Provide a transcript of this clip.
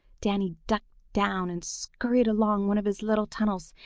danny ducked down and scurried along one of his little tunnels.